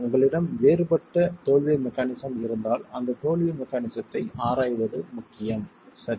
உங்களிடம் வேறுபட்ட தோல்வி மெக்கானிசம் இருந்தால் அந்த தோல்வி மெக்கானிசத்தை ஆராய்வது முக்கியம் சரி